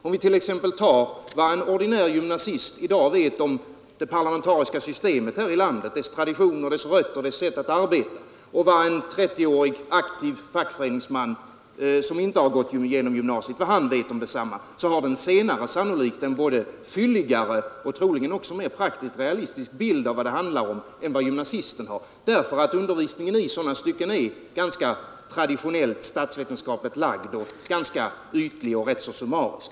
Om vi som exempel tar vad en ordinär gymnasist i dag vet om det parlamentariska systemet här i landet, dess tradition, dess rötter och dess sätt att arbeta, och jämför med vad en 30-årig aktiv fackföreningsman, som inte har gått igenom gymnasiet, vet om samma saker, så har den senare sannolikt både en fylligare och en mera praktisk-realistisk bild av vad det handlar om än vad gymnasisten har, därför att undervisningen i sådana stycken är ganska traditionellt statsvetenskapligt lagd och rätt ytlig och summarisk.